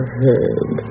head